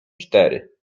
cztery